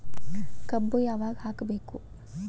ಕಬ್ಬು ಯಾವಾಗ ಹಾಕಬೇಕು?